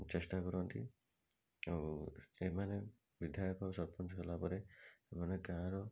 ଚେଷ୍ଟା କରନ୍ତି ଆଉ ଏମାନେ ବିଧାୟକ ସରପଞ୍ଚ ହେଲା ପରେ ଏମାନେ ଗାଁର